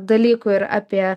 dalykų ir apie